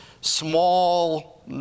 small